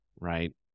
right